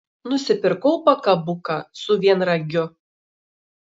nusipirkau pakabuką su vienragiu